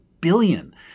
billion